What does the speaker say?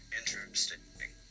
interesting